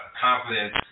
confidence